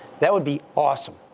that would be awesome.